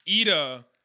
Ida